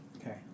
okay